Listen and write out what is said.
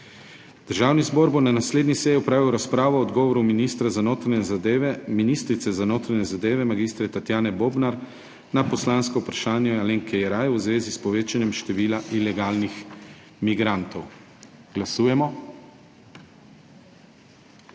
Državni zbor bo na naslednji seji opravil razpravo o odgovoru ministrice za notranje zadeve mag. Tatjane Bobnar na poslansko vprašanje Alenke Jeraj v zvezi s povečanjem števila ilegalnih migrantov. Glasujemo.